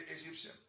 Egyptian